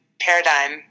paradigm